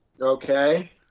Okay